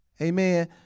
Amen